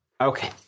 Okay